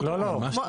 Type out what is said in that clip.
לא, לא.